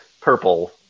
purple